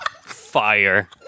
Fire